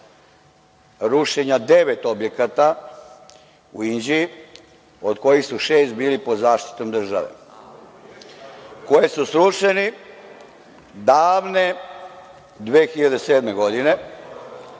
rušenja devet objekata u Inđiji od kojih je šest bilo pod zaštitom države, koji su srušeni davne 2007. godine,